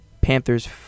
Panthers